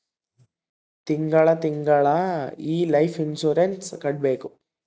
ತಿಂಗಳ ತಿಂಗಳಾ ಈ ಲೈಫ್ ಇನ್ಸೂರೆನ್ಸ್ ಕಟ್ಬೇಕು